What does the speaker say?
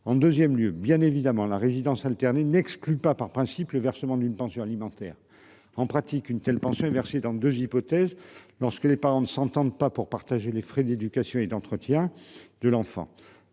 En 2ème lieu bien évidemment la résidence alternée n'exclut pas par principe le versement d'une pension alimentaire en pratique une telle versée dans 2 hypothèses, lorsque les parents ne s'entendent pas pour partager les frais d'éducation et d'entretien de l'enfant.